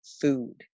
food